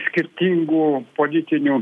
skirtingų politinių